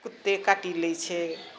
कुत्ते काटि लै छै